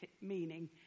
meaning